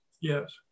Yes